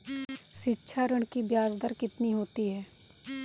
शिक्षा ऋण की ब्याज दर कितनी होती है?